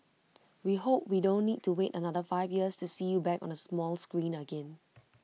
we hope we don't need to wait another five years to see you back on the small screen again